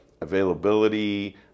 availability